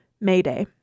Mayday